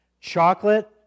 Chocolate